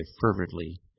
fervently